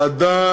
איזו ועדה